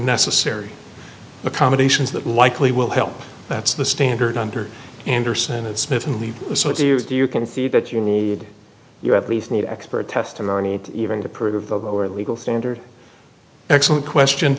necessary accommodations that likely will help that's the standard under anderson and smith and lead so if you can see that you need you at least need expert testimony even to prove the lower legal standard excellent question